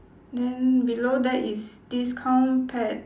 then below that is discount pet